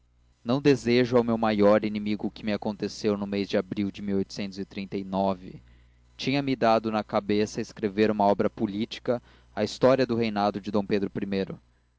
não desejo ao meu maior inimigo o que me aconteceu no mês de abril de inha me dado na cabeça escrever uma obra política a história do reinado de d pedro